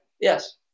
Yes